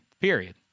period